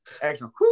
Excellent